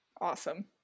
Awesome